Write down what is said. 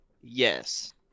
Yes